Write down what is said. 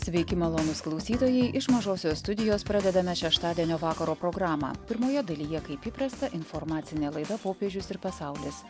sveiki malonūs klausytojai iš mažosios studijos pradedame šeštadienio vakaro programą pirmoje dalyje kaip įprasta informacinė laida popiežius ir pasaulis